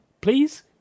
Please